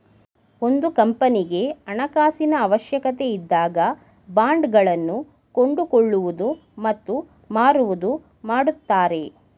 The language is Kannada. ಒಂದು ಕಂಪನಿಗೆ ಹಣಕಾಸಿನ ಅವಶ್ಯಕತೆ ಇದ್ದಾಗ ಬಾಂಡ್ ಗಳನ್ನು ಕೊಂಡುಕೊಳ್ಳುವುದು ಮತ್ತು ಮಾರುವುದು ಮಾಡುತ್ತಾರೆ